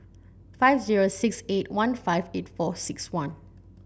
five zero six eight one five eight four six one